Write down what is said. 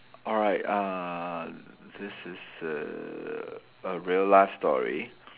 alright uh this is err a real life story